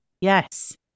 Yes